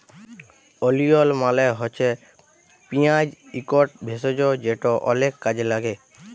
ওলিয়ল মালে হছে পিয়াঁজ ইকট ভেষজ যেট অলেক কাজে ল্যাগে